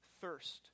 thirst